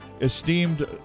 esteemed